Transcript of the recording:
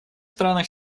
странах